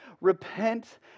repent